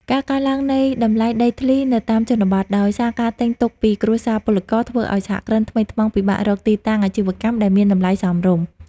ការកើនឡើងនៃតម្លៃដីធ្លីនៅតាមជនបទ ដោយសារការទិញទុកពីគ្រួសារពលករ ធ្វើឱ្យសហគ្រិនថ្មីថ្មោងពិបាករកទីតាំងអាជីវកម្មដែលមានតម្លៃសមរម្យ។